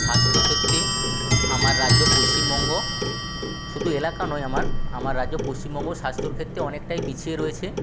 স্বাস্থ্যক্ষেত্রে আমার রাজ্য পশ্চিমবঙ্গ শুধু এলাকা নয় আমার আমার রাজ্য পশ্চিমবঙ্গ স্বাস্থ্যর ক্ষেত্রে অনেকটাই পিছিয়ে রয়েছে